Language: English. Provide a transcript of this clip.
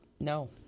No